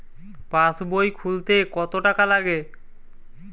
পাশবই খুলতে কতো টাকা লাগে?